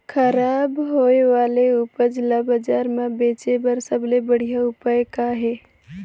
खराब होए वाले उपज ल बाजार म बेचे बर सबले बढ़िया उपाय का हे?